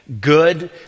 good